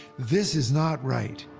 this is not right.